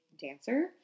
dancer